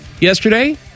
yesterday